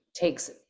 takes